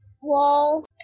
wall